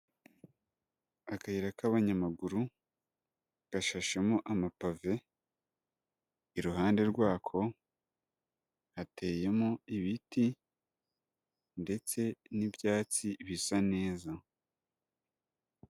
Akayira k'abanyamaguru gashashemo amapave, iruhande rwako hateyemo ibiti ndetse n'ibyatsi bisa neza.